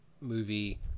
movie